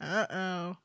uh-oh